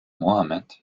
mohammed